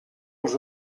els